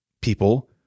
People